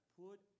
put